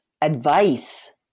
Advice